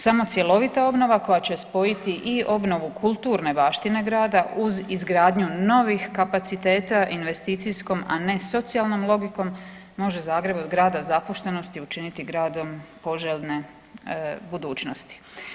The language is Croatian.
Samo cjelovita obnova koja će spojiti i obnovu kulturne baštine grada uz izgradnju novih kapaciteta investicijskom a ne socijalnom logikom može Zagreb od grada zapuštenosti učiniti gradom poželjne budućnosti.